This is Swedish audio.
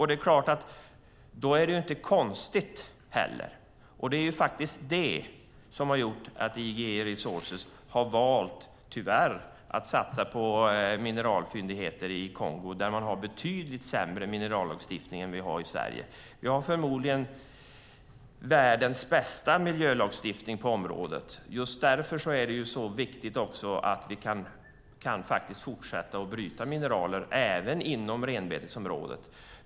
Det är detta som har gjort att IGE Resources tyvärr har valt att satsa på mineralfyndigheter i Kongo, där man har betydligt sämre minerallagstiftning än i Sverige. Vi har förmodligen världens bästa miljölagstiftning på området. Just därför är det också så viktigt att vi kan fortsätta att bryta mineraler även inom renbetesområdet.